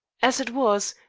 as it was,